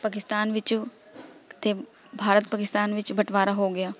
ਪਾਕਿਸਤਾਨ ਵਿੱਚ ਅਤੇ ਭਾਰਤ ਪਾਕਿਸਤਾਨ ਵਿੱਚ ਬਟਵਾਰਾ ਹੋ ਗਿਆ